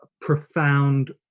profound